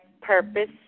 purpose